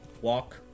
walk